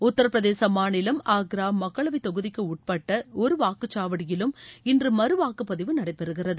உத்திரபிரதேச மாநிலம் ஆக்ரா மக்களவை தொகுதிக்கு உட்பட் ஒரு வாக்குச் சாவடியிலும் இன்று மறு வாக்குப் பதிவு நடைபெறுகிறது